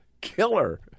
killer